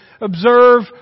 observe